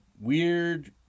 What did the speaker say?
weird